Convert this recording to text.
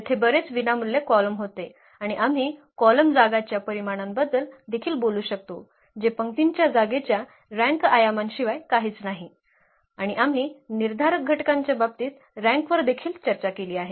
तेथे बरेच विनामूल्य कॉलम होते आणि आम्ही कॉलम जागा च्या परिमाणांबद्दल देखील बोलू शकतो जे पंक्तींच्या जागेच्या रँक आयामांशिवाय काहीच नाही आणि आम्ही निर्धारक ांच्या बाबतीत रँकवर देखील चर्चा केली आहे